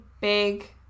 big